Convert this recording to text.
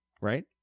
right